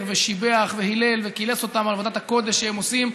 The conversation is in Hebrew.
ושיבח והילל וקילס אותם על עבודת הקודש שהם עושים.